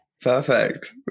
Perfect